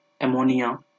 ammonia